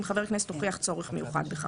אם חבר הכנסת הוכיח צורך מיוחד בכך."